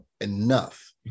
Enough